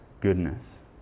goodness